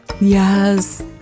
yes